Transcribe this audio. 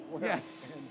Yes